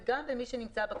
וגם במי שנמצא בכביש.